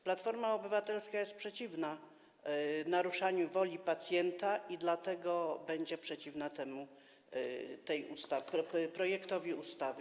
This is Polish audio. Platforma Obywatelska jest przeciwna naruszaniu woli pacjenta i dlatego będzie przeciwna temu projektowi ustawy.